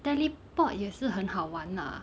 teleport 也是很好玩 lah